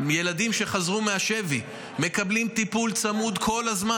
ילדים שחזרו מהשבי מקבלים טיפול צמוד כל הזמן,